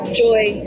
joy